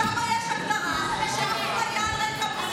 שם יש הגדרה לאפליה על רקע,